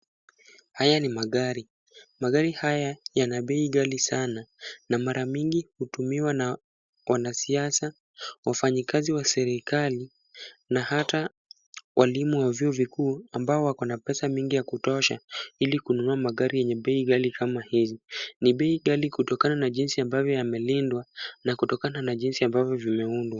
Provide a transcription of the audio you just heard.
Haya ni magari. Magari haya yana bei ghali sana na mara mingi hutumiwa na wanasiasa, wafanyikazi wa serikali na hata walimu wa vyuo vikuu, ambao wako na pesa mingi ya kutosha ili kununua magari yenye bei ghali kama hizi. Ni bei ghali kutokana na jinsi ambavyo yamelindwa na kutokana na jinsi ambavyo vimeundwa.